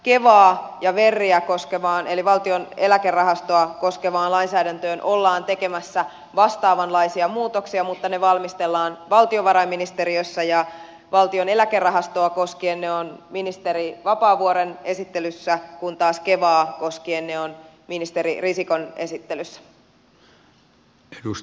kevaa ja veriä eli valtion eläkerahastoa koskevaan lainsäädäntöön ollaan tekemässä vastaavanlaisia muutoksia mutta ne valmistellaan valtiovarainministeriössä ja valtion eläkerahastoa koskien ne ovat ministeri vapaavuoren esittelyssä kun taas kevaa koskien ne ovat ministeri risikon esittelyssä